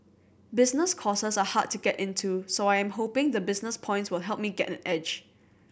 business courses are hard to get into so I am hoping the business points will help me get an edge